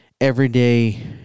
everyday